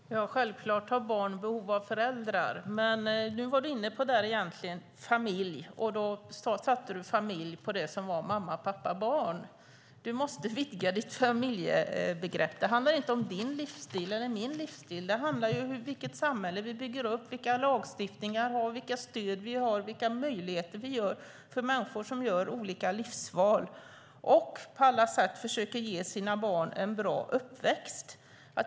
Herr talman! Självklart har barn behov av föräldrar. Men nu var du inne på begreppet familj, och då satte du likhetstecken mellan det och det som är mamma-pappa-barn. Du måste vidga ditt familjebegrepp! Det handlar inte om din eller min livsstil, utan det handlar om vilket samhälle vi bygger upp, vilken lagstiftning vi har, vilket stöd vi ger och vilka möjligheter vi ger till människor som gör olika livsval och på alla sätt försöker ge sina barn en bra uppväxt.